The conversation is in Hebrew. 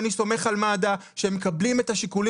אני סומך על מד"א שהם מקבלים החלטות